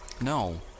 No